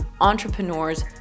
entrepreneurs